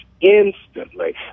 instantly